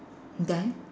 then